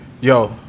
Yo